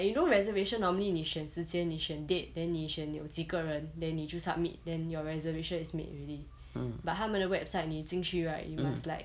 like you know reservation normally 你选时间你选 date then 你选你有几个人 then 你就 submit then your reservation is made already but 他们的 website 你进去 right you must like